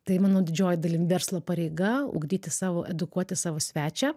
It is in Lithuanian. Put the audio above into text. tai manau didžioji dalim verslo pareiga ugdyti savo edukuoti savo svečią